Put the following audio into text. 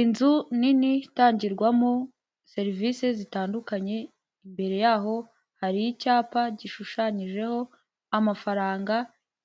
Inzu nini itangirwamo serivisi zitandukanye, imbere yaho hari icyapa gishushanyijeho amafaranga,